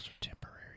temporary